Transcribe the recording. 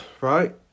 right